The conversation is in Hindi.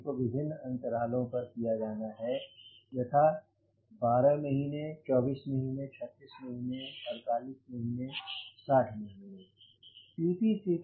इनको विभिन्न अंतरालों पर किया जाना है यथा 12 महीने 24 महीने 36 महीने 48महीने 60 महीने